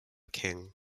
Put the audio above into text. king